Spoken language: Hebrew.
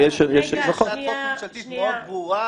יש הצעת חוק ממשלתית מאוד ברורה